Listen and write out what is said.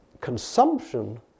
consumption